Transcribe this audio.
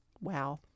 Wow